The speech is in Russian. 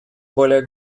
более